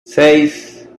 seis